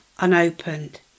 unopened